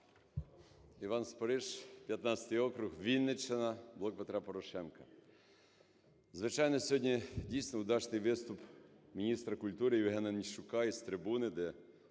Іван Спориш, 15-й округ, Вінниччина, "Блок Петра Порошенка". Звичайно, сьогодні, дійсно, удачний виступ міністра культури Євгена Нищука із трибуни, де,